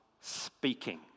speaking